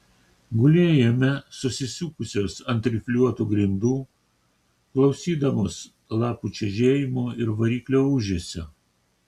gulėjome susisukusios ant rifliuotų grindų klausydamos lapų čežėjimo ir variklio ūžesio